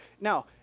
Now